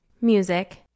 Music